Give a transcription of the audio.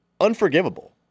unforgivable